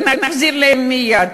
ונחזיר להם מייד.